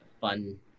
fun